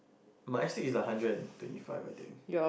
my astig is like a hundred and twenty five I think